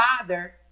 father